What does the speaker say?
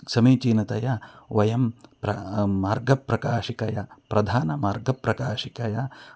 समीचीनतया वयं प्र मार्गप्रकाशिकया प्रधानमार्गप्रकाशिकया